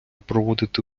проводити